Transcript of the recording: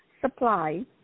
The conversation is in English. supply